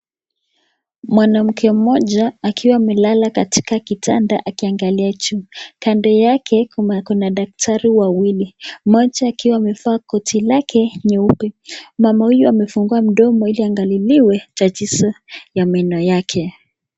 Mwanamke mmoja akiwa amelala katika kitanda akiangalia juu kando yake kuna daktari wawili mmoja akiwa amevaa koti lake nyeupe mama huyu amefungua mdomo ili aangaliliwe tatizo ya meno yake.